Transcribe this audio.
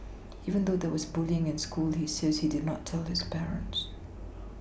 even though there was bullying in school he says he did not tell his parents